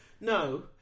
no